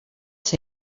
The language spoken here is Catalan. ser